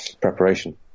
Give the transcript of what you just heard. preparation